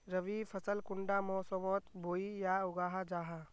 रवि फसल कुंडा मोसमोत बोई या उगाहा जाहा?